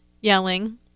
yelling